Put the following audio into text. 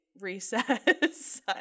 recess